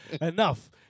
enough